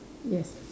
yes